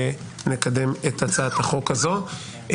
ונקדם את הצעת החוק הזאת.